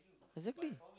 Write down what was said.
exactly